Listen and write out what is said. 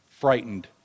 frightened